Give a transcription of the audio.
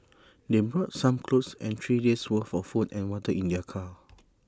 they brought some clothes and three days' worth for food and water in their car